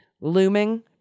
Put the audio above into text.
looming